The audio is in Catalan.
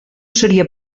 seria